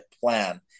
plan